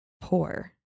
poor